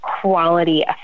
quality